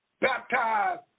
baptized